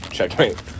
Checkmate